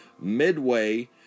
midway